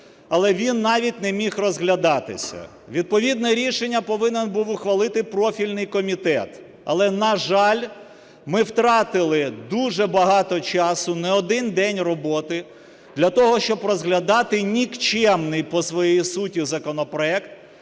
але він навіть не міг розглядатися, відповідне рішення повинен був ухвалити профільний комітет. Але, на жаль, ми втратили дуже багато часу, не один день роботи для того, щоб розглядати нікчемний по своїй суті законопроект,